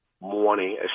morning